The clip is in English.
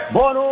Bono